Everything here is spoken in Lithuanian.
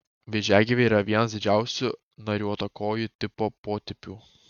vėžiagyviai yra vienas didžiausių nariuotakojų tipo potipių